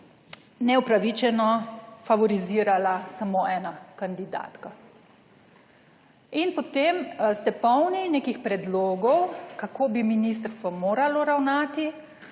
neupravičeno favorizirala samo ena kandidatka. In potem ste polni nekih predlogov, kako bi ministrstvo moralo ravnati,